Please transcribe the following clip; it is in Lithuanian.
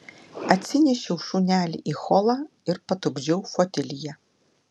atsinešiau šunelį į holą ir patupdžiau fotelyje